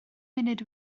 munud